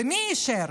מי אישר?